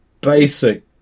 basic